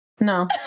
no